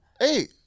Hey